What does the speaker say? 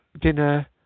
dinner